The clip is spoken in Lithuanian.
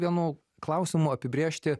vienu klausimu apibrėžti